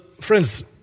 friends